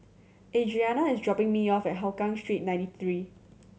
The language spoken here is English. Adriana is dropping me off at Hougang Street Ninety Three